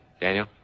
Daniel